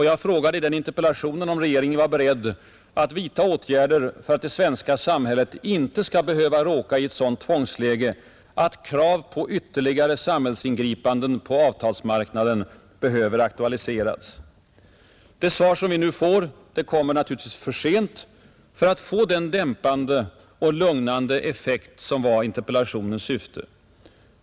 Jag frågade i interpellationen om regeringen var beredd att ”vidtaga åtgärder för att det svenska samhället inte skall behöva råka i ett sådant tvångsläge att krav på ytterligare samhällsingripanden på arbetsmarknaden behöver aktualiseras”. Det svar vi nu får kommer naturligtvis för sent för att få den dämpande och lugnande effekt som var interpellationens syfte.